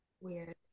weird